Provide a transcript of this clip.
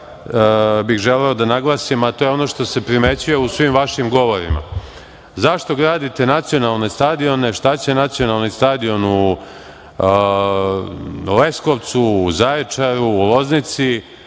bih želeo da naglasim, a to je ono što se primećuje u svim vašim govorima. Zašto gradite nacionalne stadione, šta će nacionalni stadion u Leskovcu, Zaječaru, Loznici,